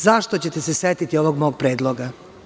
Zašto ćete se setiti ovog mog predloga?